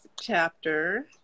chapter